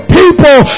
people